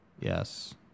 Yes